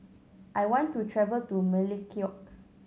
I want to travel to Melekeok